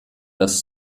das